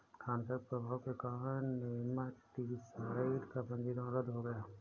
हानिकारक प्रभाव के कारण नेमाटीसाइड का पंजीकरण रद्द हो गया